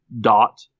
dot